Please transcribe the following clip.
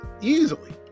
easily